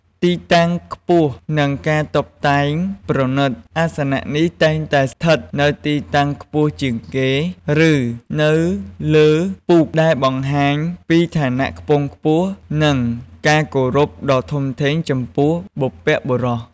ទីតាំងខ្ពស់និងការតុបតែងប្រណិត អាសនៈនេះតែងតែស្ថិតនៅទីតាំងខ្ពស់ជាងគេ ឬនៅលើពូក ដែលបង្ហាញពីឋានៈដ៏ខ្ពង់ខ្ពស់ និងការគោរពដ៏ធំធេងចំពោះបុព្វបុរស។